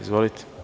Izvolite.